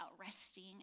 resting